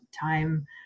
time